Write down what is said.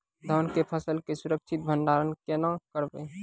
धान के फसल के सुरक्षित भंडारण केना करबै?